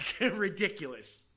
ridiculous